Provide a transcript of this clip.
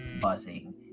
buzzing